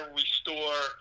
restore